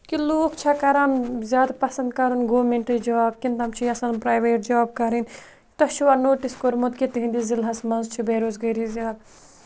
کہِ لوٗکھ چھےٚ کَران زیادٕ پَسنٛد کَرُن گورمٮ۪نٛٹ جاب کِنہٕ تِم چھِ یَژھان پرٛایویٹ جاب کَرٕنۍ تۄہہِ چھُوا نوٹِس کوٚرمُت کہِ تِہنٛدِس ضِلعس منٛز چھِ بے روزگٲری زیادٕ